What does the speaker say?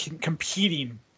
competing